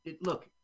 look